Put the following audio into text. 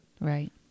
Right